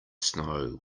snow